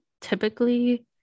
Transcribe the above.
typically